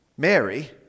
Mary